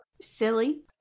silly